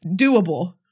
Doable